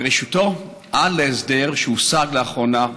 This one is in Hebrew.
מראשיתו ועד להסדר שהושג לאחרונה,